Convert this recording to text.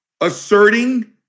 asserting